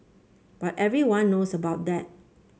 but everyone knows about that